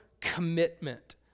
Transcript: commitment